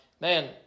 man